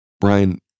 Brian